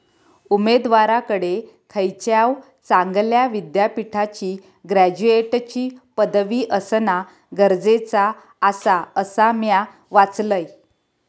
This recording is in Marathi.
उमेदवाराकडे खयच्याव चांगल्या विद्यापीठाची ग्रॅज्युएटची पदवी असणा गरजेचा आसा, असा म्या वाचलंय